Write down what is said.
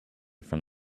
from